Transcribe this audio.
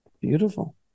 Beautiful